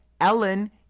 ellen